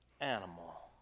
animal